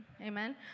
Amen